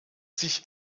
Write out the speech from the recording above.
sich